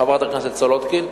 חברת הכנסת סולודקין,